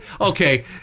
Okay